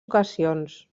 ocasions